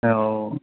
औ